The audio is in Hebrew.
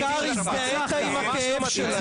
העיקר הזדהית עם הכאב שלך